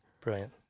Brilliant